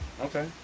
Okay